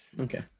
Okay